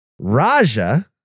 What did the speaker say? Raja